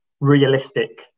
realistic